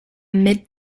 mid